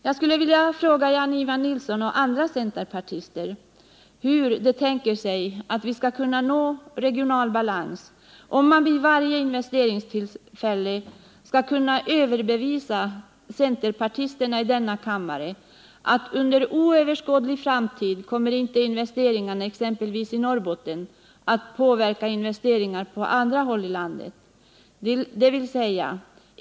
Jag skulle vilja fråga Jan-Ivan Nilsson och andra centerpartister hur de tänker sig att vi skall kunna nå regional balans, om man vid varje investeringstillfälle måste kunna överbevisa centerpartisterna i denna kammare om att investeringarna exempelvis i Norrbotten under oöverskådlig framtid inte kommer att påverka investeringar på andra håll i landet.